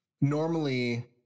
normally